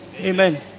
Amen